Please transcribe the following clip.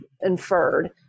inferred